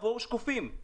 תבואו שקופים.